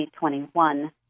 2021